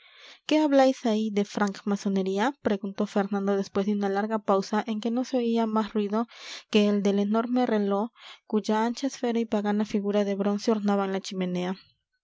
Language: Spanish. qué habláis ahí de franc masonería preguntó fernando después de una larga pausa en que no se oía más ruido que el del enorme reló cuya ancha esfera y pagana figura de bronce ornaban la chimenea